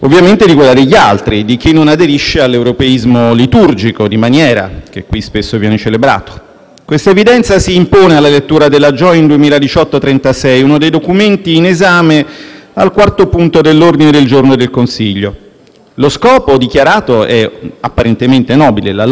Questa evidenza si impone alla lettura della JOIN(2018) 36, uno dei documenti in esame al quarto punto dell'ordine del giorno del Consiglio. Lo scopo dichiarato è apparentemente nobile: la lotta alla disinformazione. Chi vorrebbe più disinformazione, così come chi vorrebbe, ad esempio, più inquinamento?